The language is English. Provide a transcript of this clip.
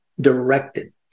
directed